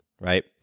right